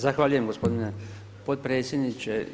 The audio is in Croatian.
Zahvaljujem gospodine potpredsjedniče.